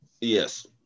Yes